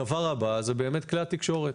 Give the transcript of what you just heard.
הדבר הבא זה כלי התקשורת.